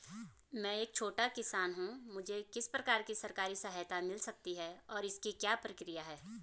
मैं एक छोटा किसान हूँ मुझे किस प्रकार की सरकारी सहायता मिल सकती है और इसकी क्या प्रक्रिया है?